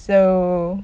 so